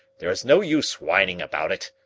there is no use whining about it.